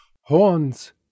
Horns